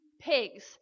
pigs